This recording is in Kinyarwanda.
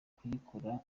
kuyikora